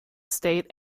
state